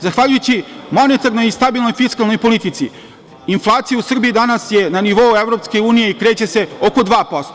Zahvaljujući monetarnoj i stabilnoj fiskalnoj politici, inflacija u Srbiji danas je na nivou EU i kreće se oko 2%